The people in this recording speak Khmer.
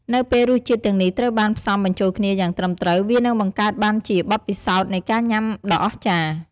នៅពេលរសជាតិទាំងនេះត្រូវបានផ្សំបញ្ចូលគ្នាយ៉ាងត្រឹមត្រូវ វានឹងបង្កើតបានជាបទពិសោធន៍នៃការញ៉ាំដ៏អស្ចារ្យ។។